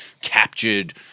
captured